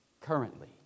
currently